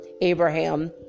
Abraham